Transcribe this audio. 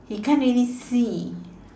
he can't really see